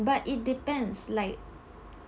but it depends like